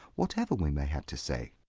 whatever we may have to say.